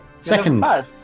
Second